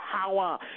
power